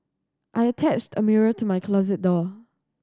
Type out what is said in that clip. I attached a mirror to my closet door